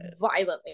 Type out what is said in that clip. violently